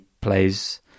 plays